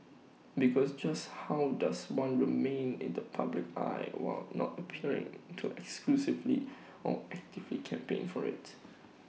because just how does one remain in the public eye while not appearing to excessively or actively campaign for IT